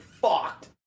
fucked